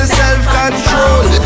self-control